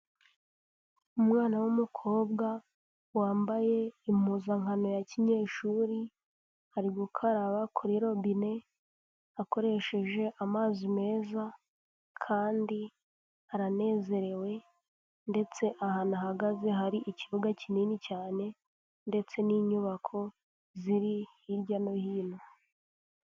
Umwana w'umukobwa wambaye impuzankano ya kinyeshuri, ari gukaraba kuri robine akoresheje amazi meza, kandi aranezerewe ndetse ahantu ahagaze hari ikibuga kinini cyane ndetse n'inyubako ziri hirya no hino.